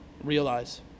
realize